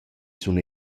sun